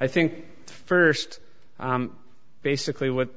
i think first basically what